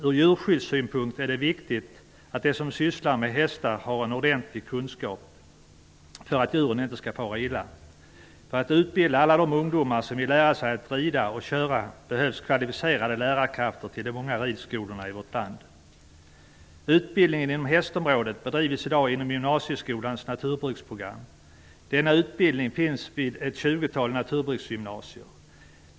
Från djurskyddssynpunkt är det viktigt att de som sysslar med hästar har ordentliga kunskaper för att djuren inte skall fara illa. För att utbilda alla de ungdomar som vill lära sig att rida och köra behövs kvalificerade lärarkrafter till de många ridskolorna i vårt land. Utbildningen inom hästområdet bedrivs i dag inom gymnasieskolans naturbruksprogram. Denna utbildning finns vid ett tjugotal naturbruksgymnasier.